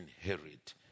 inherit